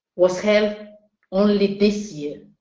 was held only this year.